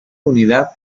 unidad